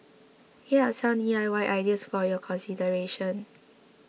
here are some D I Y ideas for your consideration